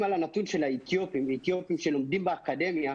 על הנתון של האתיופים שלומדים באקדמיה,